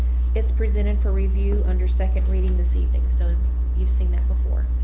it's presented for review under second reading this evening so you've seen it before.